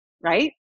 right